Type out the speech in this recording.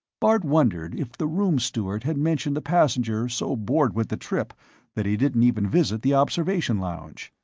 bart wondered if the room steward had mentioned the passenger so bored with the trip that he didn't even visit the observation lounge.